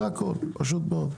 זה הכול, פשוט מאוד.